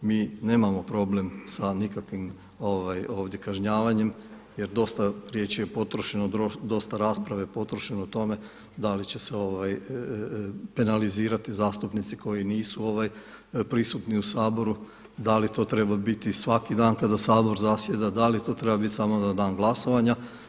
Mi nemamo problem sa nikakvim ovdje kažnjavanjem jer dosta riječi je potrošeno, dosta rasprave je potrošeno u tome da li će se penalizirati zastupnici koji nisu prisutni u Saboru, da li to treba biti svaki dan kada Sabor zasjeda, da li to treba biti samo na dan glasovanja.